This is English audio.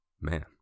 man